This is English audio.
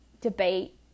debate